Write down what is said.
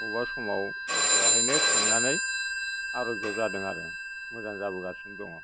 अ'बा समाव बेवहायनो थांनानै आर'ग्य' जादों आरो मोजां जाबोगासिनो दङ